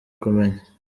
kumenya